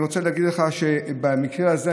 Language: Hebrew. אני רוצה להגיד לך שבמקרה הזה,